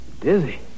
dizzy